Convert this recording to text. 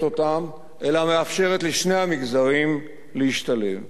אותם אלא מאפשרת לשני המגזרים להשתלב.